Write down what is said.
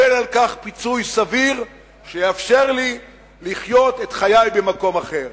לקבל על כך פיצוי סביר שיאפשר לי לחיות את חיי במקום אחר.